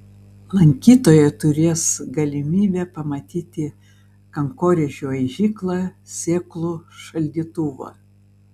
lankytojai turės galimybę pamatyti kankorėžių aižyklą sėklų šaldytuvą